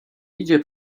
idzie